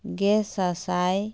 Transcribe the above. ᱜᱮ ᱥᱟ ᱥᱟᱭ